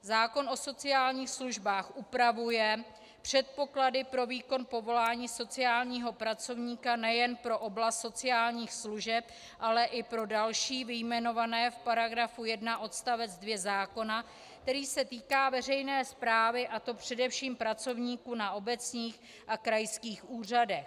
Zákon o sociálních službách upravuje předpoklady pro výkon povolání sociálního pracovníka nejen pro oblast sociálních služeb, ale i pro další vyjmenované v § 1 odst. 2 zákona, který se týká veřejné správy, a to především pracovníků na obecních a krajských úřadech.